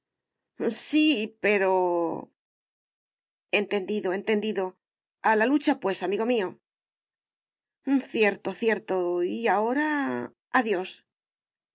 sí pero entendido entendido a la lucha pues amigo mío cierto cierto y ahora adiós